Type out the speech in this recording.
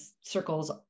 circles